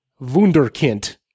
wunderkind